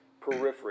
periphery